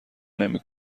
نمی